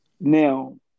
Now